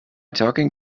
talking